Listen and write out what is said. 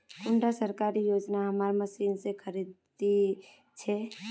कुंडा सरकारी योजना हमार मशीन से खरीद छै?